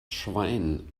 schwein